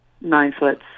nine-foot